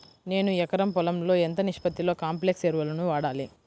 నేను ఎకరం పొలంలో ఎంత నిష్పత్తిలో కాంప్లెక్స్ ఎరువులను వాడాలి?